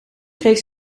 kreeg